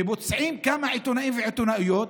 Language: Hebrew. ופוצעים כמה עיתונאים ועיתונאיות,